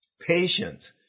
Patience